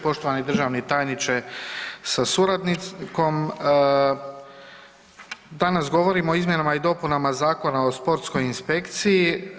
Poštovani državni tajniče sa suradnikom, danas govorimo o izmjenama i dopunama Zakona o sportskoj inspekciji.